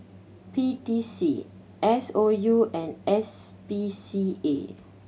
P T C S O U and S P C A